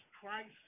Christ